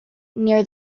near